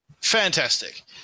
Fantastic